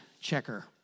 checker